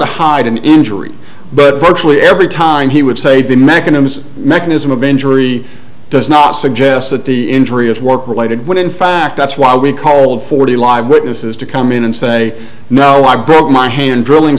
to hide an injury but virtually every time he would say the mechanisms mechanism of injury does not suggest that the injury is work related when in fact that's why we called for the live witnesses to come in and say no i broke my hand drilling